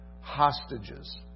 hostages